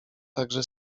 także